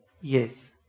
Yes